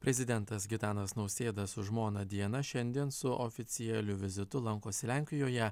prezidentas gitanas nausėda su žmona diana šiandien su oficialiu vizitu lankosi lenkijoje